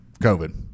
COVID